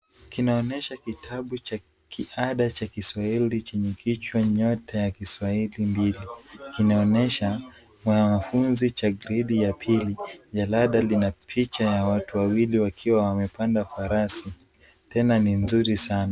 Kinaonyesha kitabu cha kiaada cha Kiswahili chenye kichwa nyota ya Kiswahili mbili. kinaonyesha mwamafunzi cha gridi ya pili, jalada linapicha ya watu wawili wakiwa wamepanda farasi. Tema ni nzuri sana.